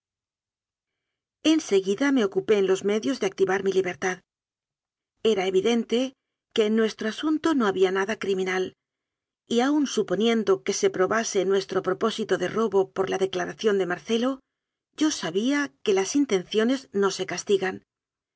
me ocupé en los medios de activar mi libertad era evidente que en nuestro asunto no había nada criminal y aun suponiendo que oe probase nuestro propósito de robo por la declara ción de marcelo yo sabía que las intenciones no se castigan